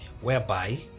Whereby